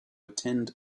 attend